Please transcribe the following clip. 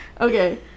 Okay